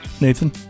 Nathan